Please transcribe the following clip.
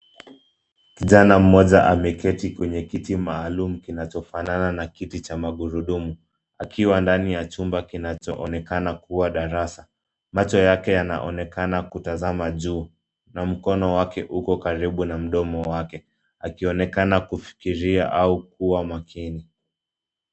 Kijana mmoja ameketi kwenye kiti maalum kinachofanana na kiti cha magurudumu akiwa ndani ya chumba kinachoonekana kuwa darasa. Macho yake yanaonekana kutazama juu na mkono wake uko karibu na mdomo wake akionekana kufikiria au kuwa makini.